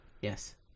yes